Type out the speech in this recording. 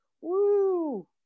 woo